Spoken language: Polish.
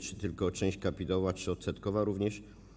Czy tylko część kapitałowa, czy odsetkowa również?